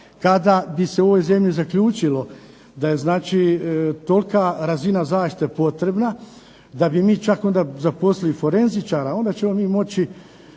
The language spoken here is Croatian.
kada bi se u ovoj zemlji zaključilo da je znači tolika razina zaštite potrebna da bi mi čak onda zaposlili forenzičara onda ćemo mi moći